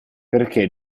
perché